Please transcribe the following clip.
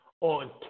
on